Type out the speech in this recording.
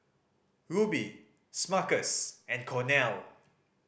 Rubi Smuckers and Cornell